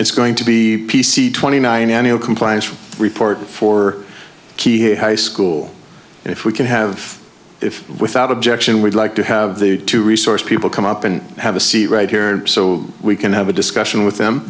it's going to be p c twenty nine annual compliance report for key high school and if we can have it without objection we'd like to have the two resource people come up and have a seat right here so we can have a discussion with them